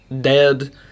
dead